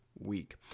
week